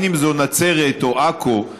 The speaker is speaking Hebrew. אם זה נצרת או עכו,